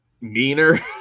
meaner